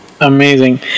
amazing